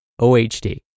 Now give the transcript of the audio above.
OHD